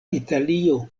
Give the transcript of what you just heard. italio